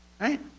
Right